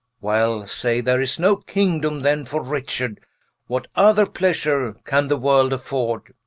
well, say there is no kingdome then for richard what other pleasure can the world affoord?